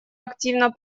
активно